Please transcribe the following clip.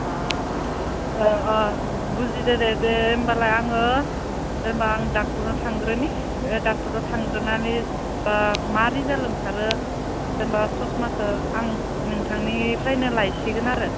अ बुजिदों दे होनबालाय आङो होनबा आं डक्टरनाव थांग्रोनि डक्टरनाव थांग्रोनानै मा रिजाल्ट ओंखारो जेनेबा ससमाखौ आं नोंथांनिफ्रायनो लायसिगोन आरो